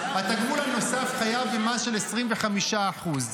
התגמול הנוסף חייב במס של 25% ,